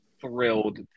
thrilled